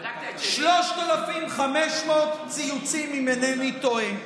בדקת את, 3,500 ציוצים, אם אינני טועה.